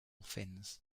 fins